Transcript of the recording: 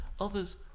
others